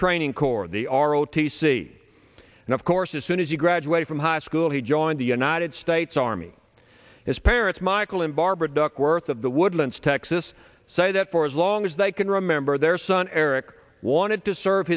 training corps the r o t c and of course as soon as you graduate from high school he joined the united states army his parents michael and barbara duckworth of the woodlands texas say that for as long as they can remember their son eric wanted to serve